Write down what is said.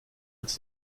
als